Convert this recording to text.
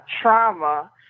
trauma